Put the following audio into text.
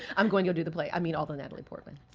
i'm going to go do the play. i mean all the natalie portmans.